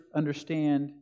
understand